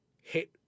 hit